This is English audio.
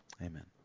amen